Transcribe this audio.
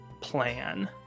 plan